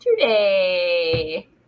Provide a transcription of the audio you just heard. today